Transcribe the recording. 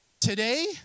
Today